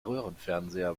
röhrenfernseher